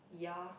ya